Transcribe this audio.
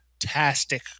fantastic